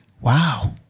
Wow